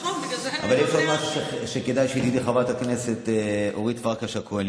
זה עוד דבר שכדאי שתדעי, חברת הכנסת פרקש הכהן.